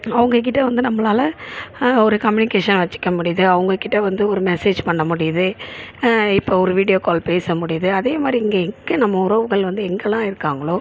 அவங்க கிட்டே வந்து நம்மளால ஒரு கம்யூனிகேஷன் வச்சுக்க முடியுது அவங்க கிட்டே வந்து ஒரு மெசேஜ் பண்ண முடியுது இப்போ ஒரு வீடியோ கால் பேச முடியுது அதே மாதிரி இங்கே எங்கே நம்ம உறவுகள் வந்து எங்கெல்லாம் இருக்காங்களோ